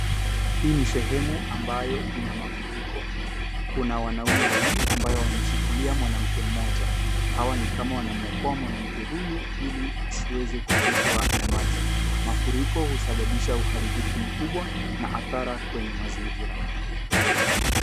Hii ni sehemu ambayo ina mafuriko. kuna wanume wawili ambayo wameshikilia mwanamke mmoja, hawa ni kama wanamuokoa mwanamke huyu ili asiweze kupitwa na maji. Mafuriko husababisha uharibifu mkubwa na athara kwenye mazingira.